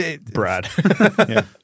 Brad